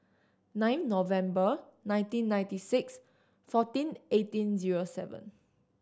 nine November nineteen ninety six fourteen eighteen zero seven